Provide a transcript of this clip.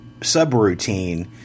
subroutine